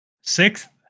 sixth